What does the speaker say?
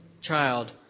child